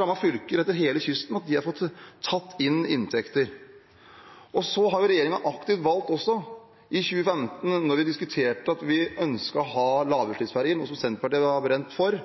rammet fylker langs hele kysten ved at de har fått inndratt inntekter. Regjeringen valgte også i 2015, da vi diskuterte vårt ønske om å ha lavutslippsferjer, noe Senterpartiet har brent for,